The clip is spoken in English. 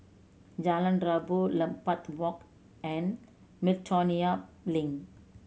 Jalan Rabu Lambeth Walk and Miltonia Link